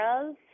Girls